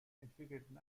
entwickelten